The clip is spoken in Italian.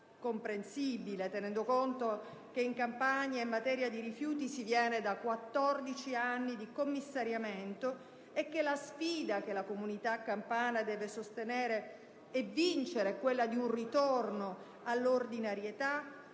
comprensibile, se si considera che in Campania, in materia di rifiuti, si viene da 14 anni di commissariamento. La sfida che la comunità campana deve sostenere e vincere è quella di un ritorno all'ordinarietà,